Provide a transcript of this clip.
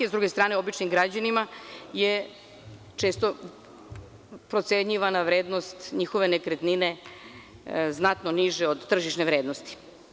S druge strane, običnim građanima je često procenjivana vrednost njihove nekretnine znatno niže od tržišne vrednosti.